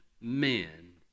men